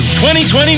2020